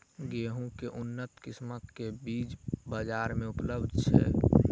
गेंहूँ केँ के उन्नत किसिम केँ बीज बजार मे उपलब्ध छैय?